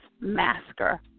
masker